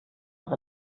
noch